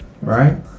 right